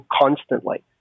constantly